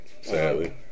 sadly